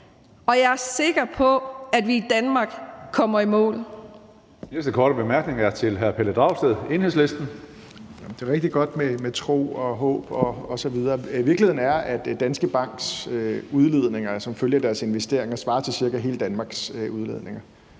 Enhedslisten. Kl. 15:50 Pelle Dragsted (EL): Det er rigtig godt med tro og håb osv. Virkeligheden er, at Danske Banks udledninger som følge af deres investeringer svarer til cirka hele Danmarks udledninger.